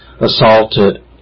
assaulted